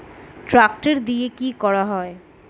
Tractor দিয়ে কি করা যায়?